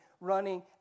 running